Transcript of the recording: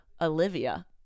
Olivia